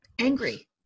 angry